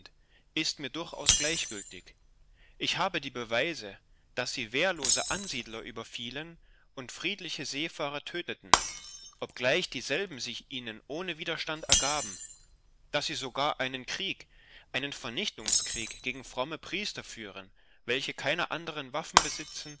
ist mir durchaus gleichgültig ich habe die beweise daß sie wehrlose ansiedler überfielen und friedliche seefahrer tödteten obgleich dieselben sich ihnen ohne widerstand ergaben daß sie sogar einen krieg einen vernichtungskrieg gegen fromme priester führen welche keine anderen waffen besitzen